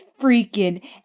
freaking